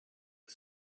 the